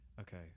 Okay